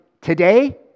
Today